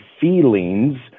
feelings